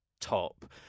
top